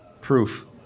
proof